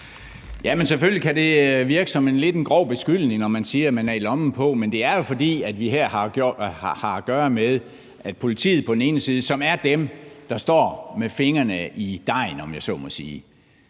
selvfølgelig kan det virke som en lidt grov beskyldning, når jeg siger, at man er i lommen på nogen, men det er jo, fordi vi her har at gøre med, at politiet – som er dem, der står med fingrene i dejen, om jeg så må sige